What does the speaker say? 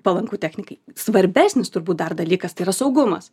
palanku technikai svarbesnis turbūt dar dalykas tai yra saugumas